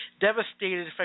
devastated